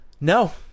No